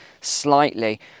slightly